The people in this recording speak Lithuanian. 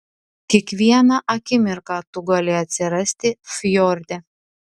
kiekvieną akimirką tu gali atsirasti fjorde